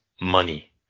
money